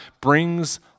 brings